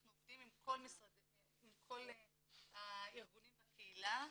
אנחנו עובדים עם כל הארגונים בקהילה,